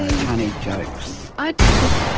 ah chinese jokes. i just,